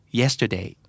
yesterday